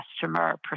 customer